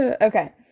Okay